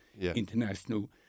International